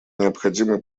необходимы